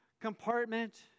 compartment